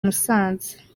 musanze